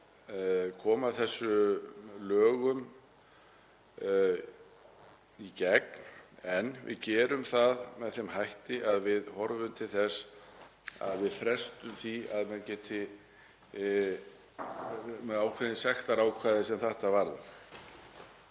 koma þessum lögum í gegn en við gerum það með þeim hætti að við horfum til þess að fresta ákveðnu sektarákvæði sem þetta varðar.